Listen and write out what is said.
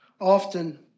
often